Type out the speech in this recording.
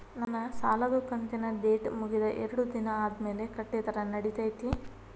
ನನ್ನ ಸಾಲದು ಕಂತಿನ ಡೇಟ್ ಮುಗಿದ ಎರಡು ದಿನ ಆದ್ಮೇಲೆ ಕಟ್ಟಿದರ ನಡಿತೈತಿ?